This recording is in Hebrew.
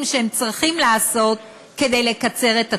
שהם צריכים לעשות כדי לקצר את התורים.